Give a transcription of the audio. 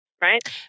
right